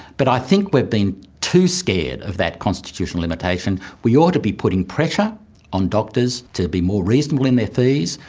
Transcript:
but i think we've been too scared of that constitutional limitation. we ought to be putting pressure on doctors to be more reasonable in their fees,